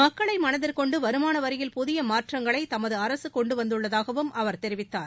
மக்களை மனதிற்கொண்டு வரியில் புதிய மாற்றங்களை தமது கொண்டுவந்துள்ளதாகவும் அவர் தெரிவித்தார்